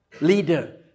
leader